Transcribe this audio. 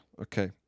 Okay